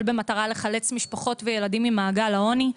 במטרה לחלץ משפחות וילדים ממעגל העוני.